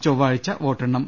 ചൊവ്വാഴ്ച വോട്ടെണ്ണും